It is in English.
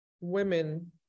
women